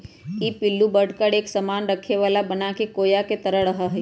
ई पिल्लू बढ़कर एक सामान रखे वाला बनाके कोया के तरह रहा हई